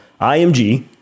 IMG